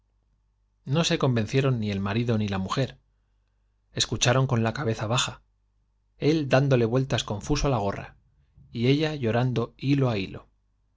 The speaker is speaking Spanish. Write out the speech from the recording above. no se convencieron ni el marido ni la mujer escu charon con la cabeza laja él dándole vueltas confuso á la gorra y ella llorando hilo á hilo